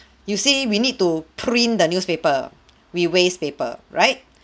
you see we need to print the newspaper we waste paper right